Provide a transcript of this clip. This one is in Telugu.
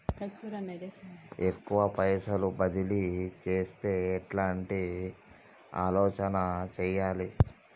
ఎక్కువ పైసలు బదిలీ చేత్తే ఎట్లాంటి ఆలోచన సేయాలి?